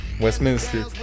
Westminster